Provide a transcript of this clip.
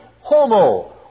homo